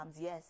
yes